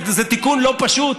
זה תיקון לא פשוט,